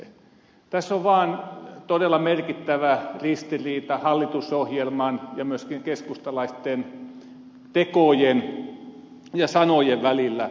tässä on vaan todella merkittävä ristiriita hallitusohjelman ja myöskin keskustalaisten tekojen ja sanojen välillä